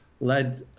led